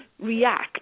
react